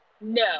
No